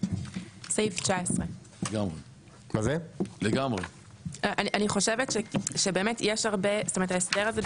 סעיף 19. אני חושבת שההסדר הזה,